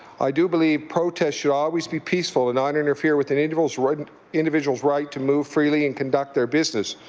i do believe protests should always be peaceful and not interfere with an and but and individual's right to move freely and conduct their business.